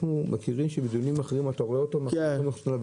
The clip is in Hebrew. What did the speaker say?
אנחנו מכירים שבדיונים אחרים אתה רואה אותם בוועדה,